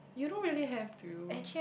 you don't really have to